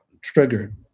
triggered